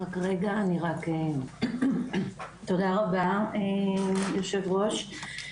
תודה רבה היו"ר.